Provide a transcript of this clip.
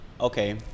Okay